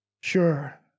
Sure